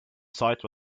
site